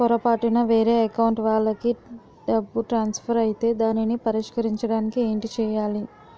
పొరపాటున వేరే అకౌంట్ వాలికి డబ్బు ట్రాన్సఫర్ ఐతే దానిని పరిష్కరించడానికి ఏంటి చేయాలి?